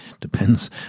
Depends